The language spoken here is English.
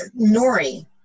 nori